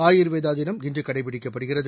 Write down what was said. ஆயுர்வேதா தினம் இன்று கடைப்பிடிக்கப்படுகிறது